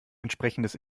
entsprechendes